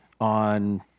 on